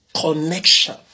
connection